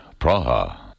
Praha